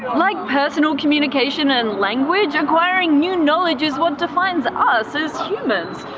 like personal communication and language, acquiring new knowledge is what defines us as humans.